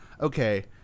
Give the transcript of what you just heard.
Okay